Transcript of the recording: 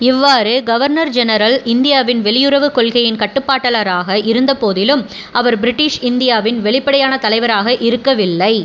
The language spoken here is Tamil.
இவ்வாறு கவர்னர் ஜெனரல் இந்தியாவின் வெளியுறவுக் கொள்கையின் கட்டுப்பாட்டாளராக இருந்தபோதிலும் அவர் பிரிட்டிஷ் இந்தியாவின் வெளிப்படையான தலைவராக இருக்கவில்லை